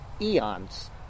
eons